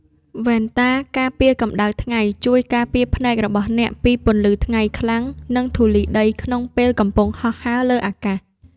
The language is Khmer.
វ៉ែនតាការពារកម្ដៅថ្ងៃជួយការពារភ្នែករបស់អ្នកពីពន្លឺថ្ងៃខ្លាំង និងធូលីដីក្នុងពេលកំពុងហោះហើរលើអាកាស។